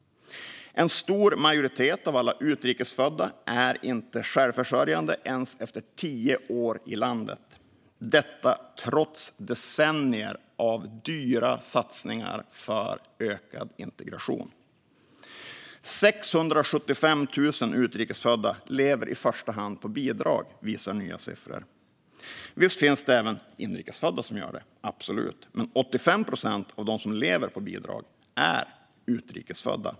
En stor majoritet av alla utrikesfödda är inte självförsörjande ens efter tio år i landet. Detta trots decennier av dyra satsningar för ökad integration. 675 000 utrikesfödda lever i första hand på bidrag, visar nya siffror. Visst finns det även inrikesfödda som gör det, absolut, men 85 procent av dem som lever på bidrag är utrikesfödda.